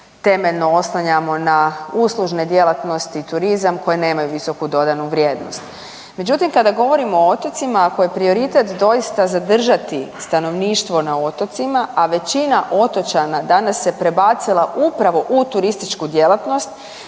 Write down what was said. temeljno oslanjamo na uslužne djelatnosti i turizam koji nemaju visoku dodanu vrijednost. Međutim, kada govorimo o otocima ako je prioritet doista zadržati stanovništvo na otocima, a većina otočana danas se prebacila upravo u turističku djelatnost,